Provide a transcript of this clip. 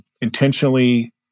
intentionally